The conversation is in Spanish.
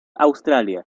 australia